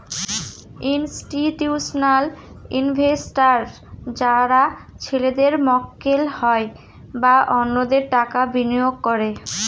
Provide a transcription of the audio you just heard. institutional investors যারা ছেলেদের মক্কেল হয় বা অন্যদের টাকা বিনিয়োগ করে